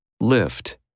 Lift